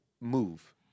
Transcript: move